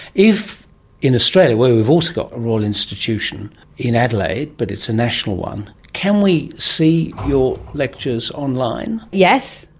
if in australia, where we have also got a royal institution in adelaide, but it's a national one, can we see your lectures online? yes,